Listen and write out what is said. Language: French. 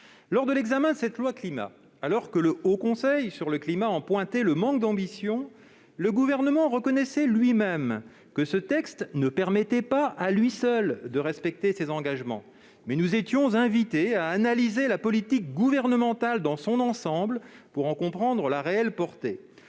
Lors de l'examen de ce projet de loi Climat, dont le Haut Conseil pour le climat a souligné le manque d'ambition, le Gouvernement reconnaissait lui-même que ce texte ne permettrait pas à lui seul de respecter ses engagements. Mais nous étions invités à analyser la politique gouvernementale dans son ensemble, pour en comprendre la réelle portée.